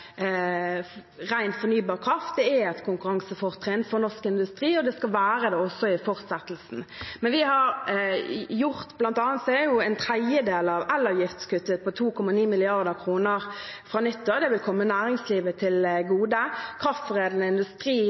fornybar kraft er et konkurransefortrinn for norsk industri, og det skal være det også i fortsettelsen. Blant annet vil en tredjedel av elavgiftskuttet på 2,9 mrd. kr fra nyttår komme næringslivet til gode. Kraftforedlende industri